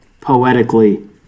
poetically